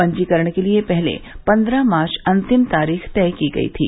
पंजीकरण के लिए पहले पन्द्रह मार्च अंतिम तारीख तय की गई थी